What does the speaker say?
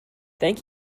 thank